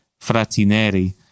Fratineri